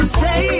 say